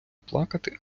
плакати